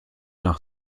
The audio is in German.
nach